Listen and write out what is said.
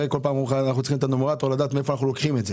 כל פעם אנחנו צריכים את הנומרטור לדעת מאיפה אנחנו לוקחים את הכסף.